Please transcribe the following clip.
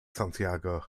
santiago